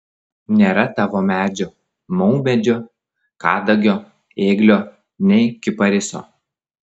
nėra tavo medžio maumedžio kadagio ėglio nei kipariso